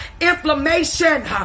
inflammation